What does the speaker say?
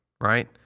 right